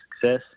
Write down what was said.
success